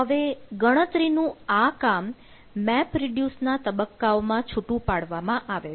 હવે ગણતરીનું આ કામ મેપ રિડ્યુસ ના તબક્કાઓમાં છૂટું પાડવામાં આવે છે